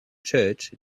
church